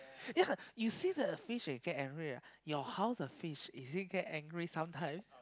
ya you see the fish they get angry right your house the fish is it get angry sometimes